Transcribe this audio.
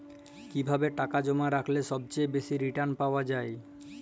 কিভাবে টাকা জমা রাখলে সবচেয়ে বেশি রির্টান পাওয়া য়ায়?